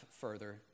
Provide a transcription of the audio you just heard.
further